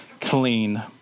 clean